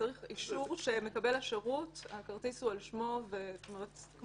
צריך אישור שהכרטיס הוא על שמו של מקבל השירות